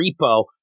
repo